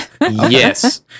yes